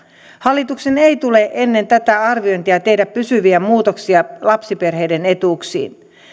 hallituksen ei tule ennen tätä arviointia tehdä pysyviä muutoksia lapsiperheiden etuuksiin